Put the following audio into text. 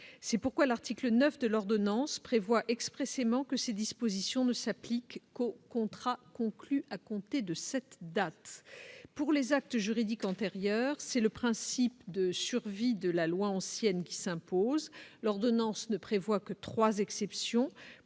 c'est pourquoi l'article 9 de l'ordonnance prévoit expressément que ces dispositions ne s'applique qu'au contrat conclu à compter de cette date pour les actes juridiques antérieur, c'est le principe de survie de la loi ancienne qui s'impose l'ordonnance ne prévoit que 3 exceptions